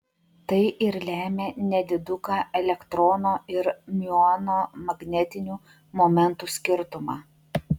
tai ir lemia nediduką elektrono ir miuono magnetinių momentų skirtumą